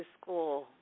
school